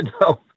No